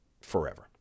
forever